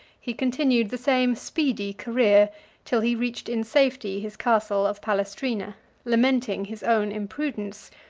he continued the same speedy career till he reached in safety his castle of palestrina lamenting his own imprudence,